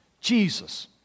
Jesus